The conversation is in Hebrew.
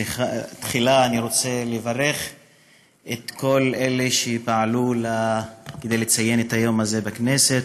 תחילה אני רוצה לברך את כל אלה שפעלו כדי לציין את היום הזה בכנסת,